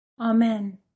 Amen